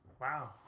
Wow